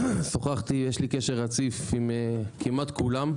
שוחחתי, יש לי קשר רציף עם כמעט כולם,